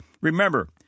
Remember